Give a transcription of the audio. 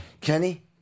Kenny